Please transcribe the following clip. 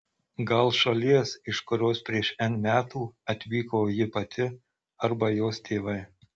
gal šalies iš kurios prieš n metų atvyko ji pati arba jos tėvai